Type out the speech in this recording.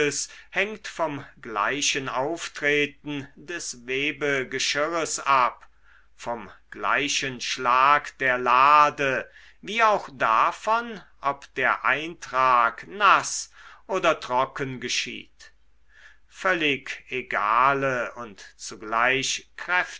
hängt vom gleichen auftreten des webegeschirres ab vom gleichen schlag der lade wie auch davon ob der eintrag naß oder trocken geschieht völlig egale und zugleich